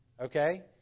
Okay